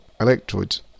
electrodes